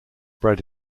bred